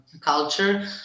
culture